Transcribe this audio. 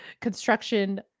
construction